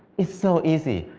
it's so easy.